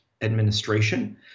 administration